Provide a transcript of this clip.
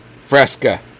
Fresca